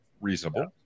reasonable